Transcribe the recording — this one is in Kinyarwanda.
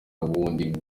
w’undi